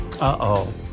Uh-oh